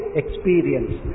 experience